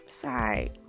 sorry